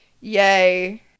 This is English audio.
yay